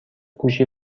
گوشی